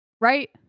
Right